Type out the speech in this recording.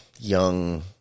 young